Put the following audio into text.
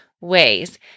ways